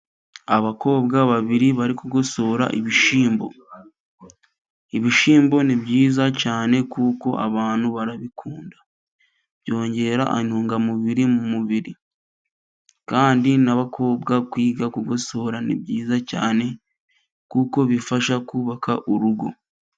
Abakobwa babiri bari kugosora ibishyimbo, ibishyimbo ni byiza cyane kuko abantu barabikunda byongera intungamubiri mu mubiri, kandi n'abakobwa kwiga kugosora ni byiza cyane kuko bifasha kubaka urugo.